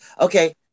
okay